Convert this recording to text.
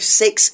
six